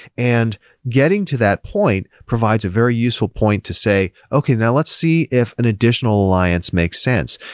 and getting to that point provides a very useful point to say, okay. now, let's see if an additional alliance makes sense.